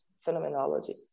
phenomenology